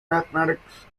mathematics